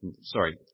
sorry